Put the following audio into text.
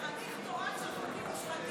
חניך תורן של חוקים מושחתים.